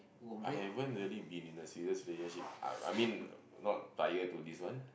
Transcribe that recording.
I haven't really been in a serious relationship I I mean not prior to this one